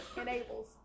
enables